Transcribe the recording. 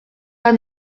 pas